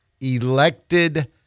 elected